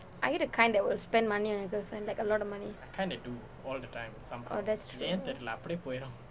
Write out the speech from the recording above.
are you the kind that will spend money on your girlfriend like a lot of money oh that's true